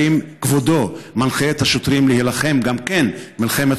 האם כבודו מנחה את השוטרים להילחם גם כן מלחמת